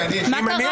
מה קרה?